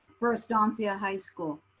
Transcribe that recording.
for estancia high school.